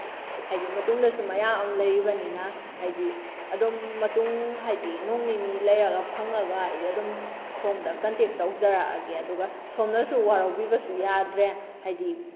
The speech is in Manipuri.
ꯍꯥꯏꯗꯤ ꯃꯇꯨꯡꯗꯁꯨ ꯃꯌꯥꯝ ꯑꯃ ꯂꯩꯔꯤꯕꯅꯤꯅ ꯍꯥꯏꯗꯤ ꯑꯗꯨꯝ ꯃꯇꯨꯡ ꯍꯥꯏꯗꯤ ꯅꯣꯡ ꯅꯤꯅꯤ ꯂꯩꯔꯒ ꯐꯪꯉꯒ ꯑꯩ ꯑꯗꯨꯝ ꯁꯣꯝꯗ ꯀꯟꯇꯦꯛ ꯇꯧꯖꯔꯛꯑꯒꯦ ꯑꯗꯨꯒ ꯁꯣꯝꯅꯁꯨ ꯋꯥꯔꯧꯕꯤꯕꯁꯨ ꯌꯥꯗ꯭ꯔꯦ ꯍꯥꯏꯗꯤ